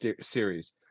series